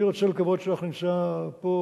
אני רוצה לקוות שאנחנו נמצא פה,